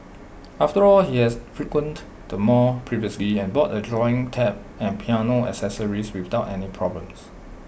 after all he had frequented the mall previously and bought A drawing tab and piano accessories without any problems